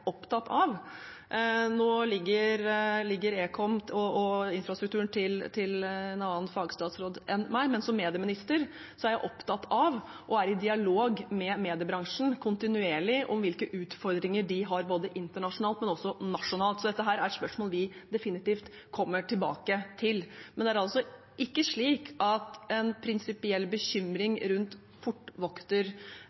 jeg opptatt av og er i dialog med mediebransjen kontinuerlig om hvilke utfordringer de har både internasjonalt og nasjonalt, så dette er spørsmål vi definitivt kommer tilbake til. Men det er altså ikke slik at en prinsipiell bekymring